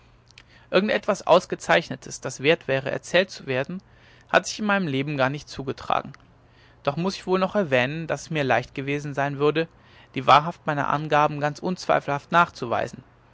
etwas ausgezeichnetes das wert wäre erzählt zu werden hat sich in meinem leben gar nicht zugetragen doch muß ich wohl noch erwähnen daß es mir leicht gewesen sein würde die wahrheit meiner angaben ganz unzweifelhaft nachzuweisen